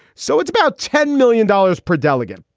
so it's about ten million dollars per delegate.